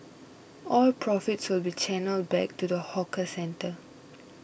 all profits will be channelled back to the hawker centre